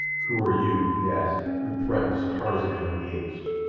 who are you, he asked, who threatens tarzan of the apes?